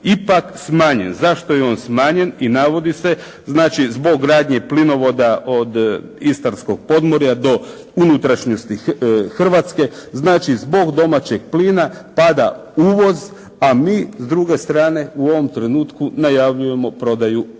ipak smanjen. Zašto je on smanjen i navodi se, znači zbog radnje plinovoda od istarskog podmorja do unutrašnjosti Hrvatske, znači zbog domaćeg plina pada uvoz, a mi s druge strane u ovom trenutku najavljujemo prodaju INE.